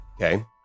okay